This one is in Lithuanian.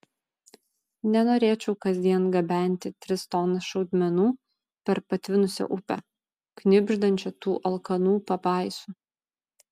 nenorėčiau kasdien gabenti tris tonas šaudmenų per patvinusią upę knibždančią tų alkanų pabaisų